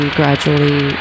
gradually